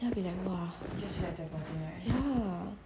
that will be right !wah! ya